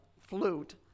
flute